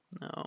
no